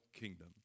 kingdom